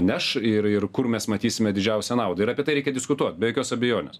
neš ir ir kur mes matysime didžiausią naudą ir apie tai reikia diskutuot be jokios abejonės